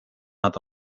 nad